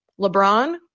LeBron